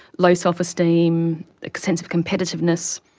low self-esteem, a sense of competitiveness,